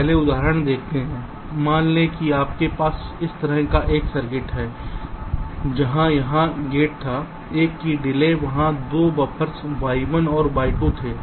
पहले उदाहरण देखते हैं मान लें कि आपके पास इस तरह का एक सर्किट है जहां यहां गेट था 1 की डिले वहां 2 बफ़र्स y1 और y2 थे